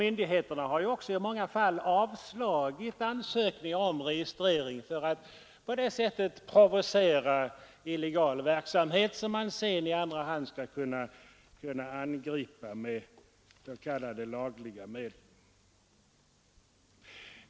Myndigheterna har också i många fall avslagit ansökningar om registrering för att på det sättet provocera församlingarna till illegal verksamhet, som sedan i andra hand skall kunna angripas med s.k. lagliga medel.